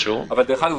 דרך אגב,